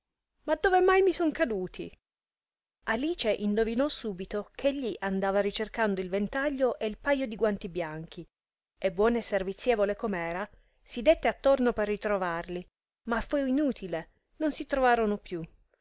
ma dove mai mi son caduti alice indovinò subito ch'egli andava ricercando il ventaglio e il paio di guanti bianchi e buona e servizievole com'era si dette attorno per ritrovarli ma fu inutile non si trovarono più ogni